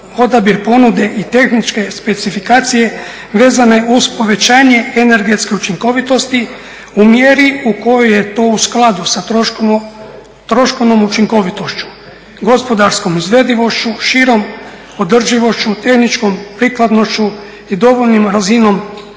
odabir ponude i tehničke specifikacije vezane uz povećanje energetske učinkovitosti u mjeri u kojoj je to u skladu sa troškovnom učinkovitošću, gospodarskom izvedivošću, širom održivošću, tehničkom prikladnošću i dovoljnom razinom